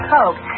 Coke